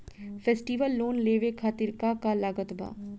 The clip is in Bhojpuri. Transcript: फेस्टिवल लोन लेवे खातिर का का लागत बा?